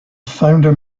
founder